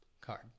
card